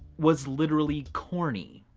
was literally corny.